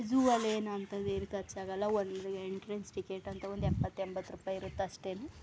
zoo ಅಲ್ಲಿ ಏನು ಅಂಥದೇನ್ ಖರ್ಚಾಗಲ್ಲ ಒಂದು ಎಂಟ್ರೆನ್ಸ್ ಟಿಕೆಟ್ ಅಂತ ಒಂದು ಎಪ್ಪತ್ತು ಎಂಬತ್ತು ರೂಪಾಯಿ ಇರುತ್ತೆ ಅಷ್ಟೆ